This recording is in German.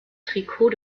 trikot